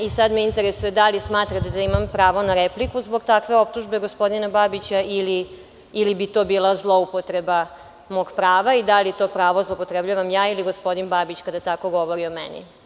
Interesuje me da li smatrate da imam pravo na repliku zbog takve optužbe gospodina Babića ili bi to bila zloupotreba mog prava i da li to pravo zloupotrebljavam ja ili gospodin Babić kada tako govori o meni?